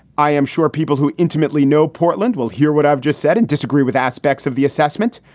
i am sure people who intimately know portland will hear what i've just said and disagree with aspects of the assessment.